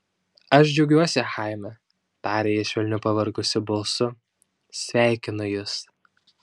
aš džiaugiuosi chaime tarė ji švelniu pavargusiu balsu sveikinu jus